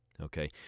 Okay